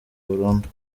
burundu